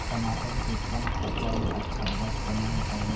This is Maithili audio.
टमाटर के कम खर्चा में अच्छा उपज कोना करबे?